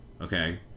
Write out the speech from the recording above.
okay